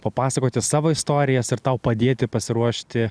papasakoti savo istorijas ir tau padėti pasiruošti